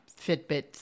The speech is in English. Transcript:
Fitbit